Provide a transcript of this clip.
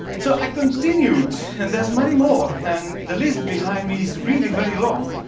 so i continued, and there's many more, and the list behind me is really very long,